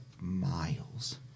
miles